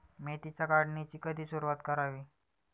मेथीच्या काढणीची कधी सुरूवात करावी?